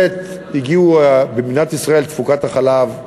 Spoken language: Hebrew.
במדינת ישראל תפוקת החלב,